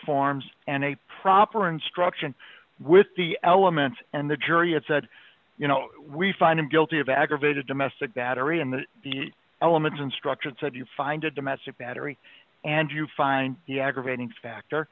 forms and a proper instruction with the elements and the jury had said you know we find him guilty of aggravated domestic battery and the elements instruction said you find a domestic battery and you find the aggravating factor